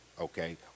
okay